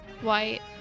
white